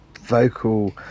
vocal